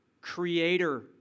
creator